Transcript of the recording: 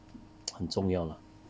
很重要 lah